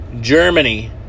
Germany